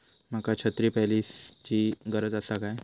माका छत्री पॉलिसिची गरज आसा काय?